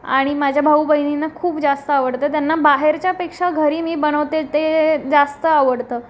आणि माझ्या भाऊबहिणींना खूप जास्त आवडतं त्यांना बाहेरच्यापेक्षा घरी मी बनवते ते जास्त आवडतं